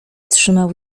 trzymał